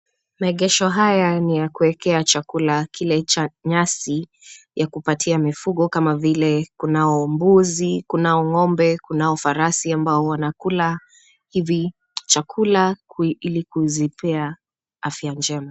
Maegesho haya ni ya kuwekea chakula kile cha nyasi ya kupatia mifugo kama vile kunao mbuzi, kunao ngo'mbe , kunao farasi ambao wanakula hivi chakula ili kuzipea afya njema.